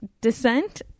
descent